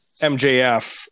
MJF